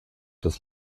das